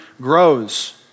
grows